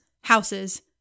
houses